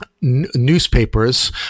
newspapers